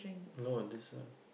no this one